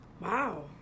Wow